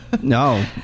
No